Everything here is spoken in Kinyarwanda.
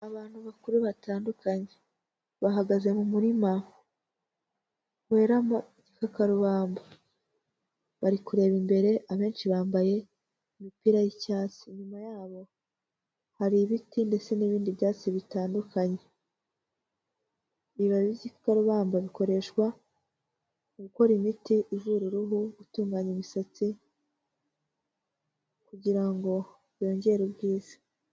Abantu bakuru batandukanye. Bahagaze mu murima weramo igikakarubamba. Bari kureba imbere abenshi bambaye imipira y'icyatsi. Inyuma yabo hari ibiti ndetse n'ibindi byatsi bitandukanye. Ibibabi by'igikakarubamba bikoreshwa mu gukora imiti ivura uruhu, gutunganya imisatsi kugira ngo yongere ubwiza.